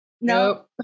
nope